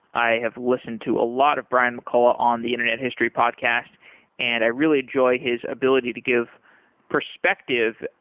i have listened to a lot of brian mccullough on the internet history podcast and i really enjoy his ability to give perspective,